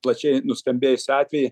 plačiai nuskambėjusį atvejį